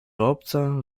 obca